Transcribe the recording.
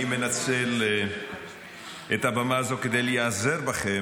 אני מנצל את הבמה הזאת כדי להיעזר בכם,